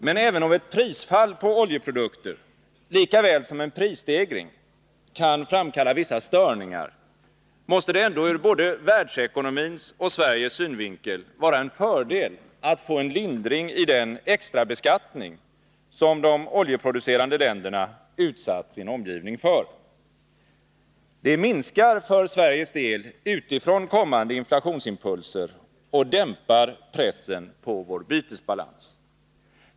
Men även om ett prisfall på oljeprodukter — lika väl som en prisstegring — kan framkalla vissa störningar, måste det ur både världsekonomins och Sveriges synvinkel vara en fördel att få en lindring i den extrabeskattning som de oljeproducerande länderna utsatt sin omgivning för. Det minskar för Sveriges del utifrån kommande inflationsimpulser och dämpar pressen på vår bytesbalans.